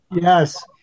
Yes